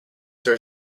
there